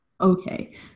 Okay